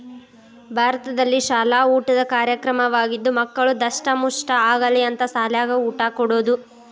ಭಾರತದಲ್ಲಿಶಾಲ ಊಟದ ಕಾರ್ಯಕ್ರಮವಾಗಿದ್ದು ಮಕ್ಕಳು ದಸ್ಟಮುಷ್ಠ ಆಗಲಿ ಅಂತ ಸಾಲ್ಯಾಗ ಊಟ ಕೊಡುದ